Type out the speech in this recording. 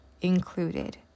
included